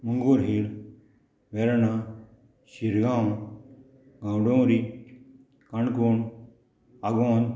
Mangor hill Verna Shirgaon Gaondongri Canacona Agonda